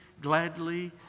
gladly